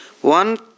One